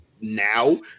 now